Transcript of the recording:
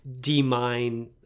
demine